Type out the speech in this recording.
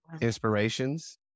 Inspirations